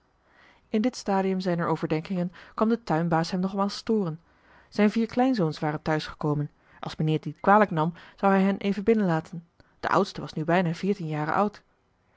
in dit stadium zijner overdenkingen kwam de tuinbaas hem nogmaals storen zijn vier kleinzoons waren tehuis gekomen als mijnheer t niet kwalijk nam zou hij hen even binnen laten de oudste was nu bijna veertien jaren oud